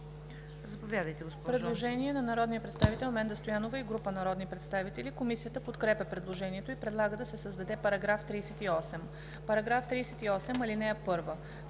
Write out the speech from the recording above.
заповядайте, господин